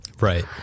Right